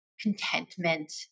contentment